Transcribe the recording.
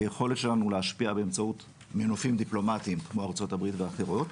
היכולת שלנו להשפיע באמצעות מנופים דיפלומטיים כמו ארצות הברית ואחרות,